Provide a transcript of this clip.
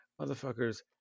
motherfuckers